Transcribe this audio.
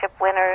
winners